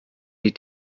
die